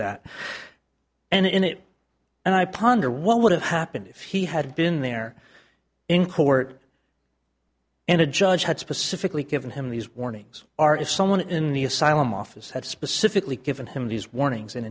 that and in it and i ponder what would have happened if he had been there in court and a judge had specifically given him these warnings are if someone in the asylum office had specifically given him these warnings and